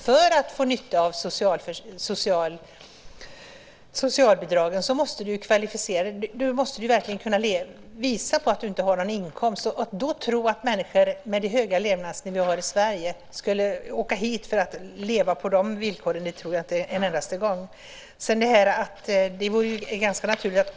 För att få socialbidrag måste man kvalificera sig och visa att man inte har någon inkomst. Med den höga levnadsnivå som vi har i Sverige tror jag inte en endaste gång att människor skulle komma hit för leva under dessa villkor.